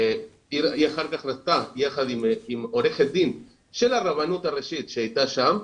והיא אחר כך הלכה יחד עם עורכת דין של הרבנות הראשית שהייתה שם,